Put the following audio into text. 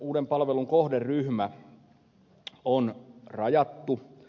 uuden palvelun kohderyhmä on rajattu